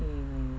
mm